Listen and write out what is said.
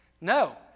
No